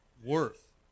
worth